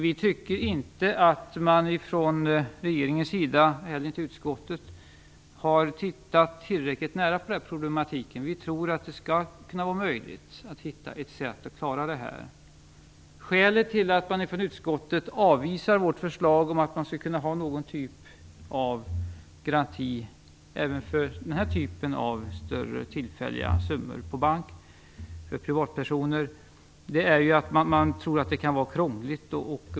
Enligt utskottet har inte regeringen tittat tillräckligt nära på den problematiken. Vi tror att det skall kunna vara möjligt att hitta ett sätt att klara detta. Skälet till att utskottet avvisar vårt förslag om att man skulle kunna ha något slags garanti även för den här typen av större tillfälliga summor som privatpersoner har på bank är ju att man tror att det kan vara krångligt.